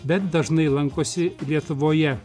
bet dažnai lankosi lietuvoje